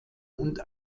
und